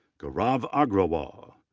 gaurav agarwal.